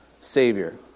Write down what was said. Savior